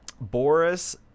Boris